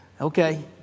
Okay